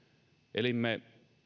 elimme